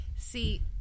See